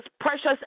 precious